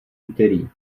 úterý